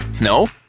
No